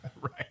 Right